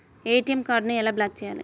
ATM కార్డుని ఎలా block చేయాలి?